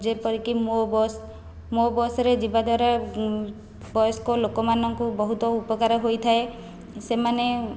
ଯେପରିକି ମୋ ବସ୍ ମୋ ବସ୍ ରେ ଯିବା ଦ୍ଵାରା ବୟସ୍କ ଲୋକମାନଙ୍କୁ ବହୁତ ଉପକାର ହୋଇଥାଏ ସେମାନେ